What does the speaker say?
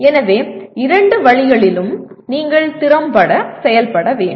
எனவே இரண்டு வழிகளிலும் நீங்கள் திறம்பட செயல்பட வேண்டும்